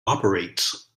operates